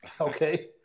Okay